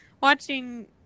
watching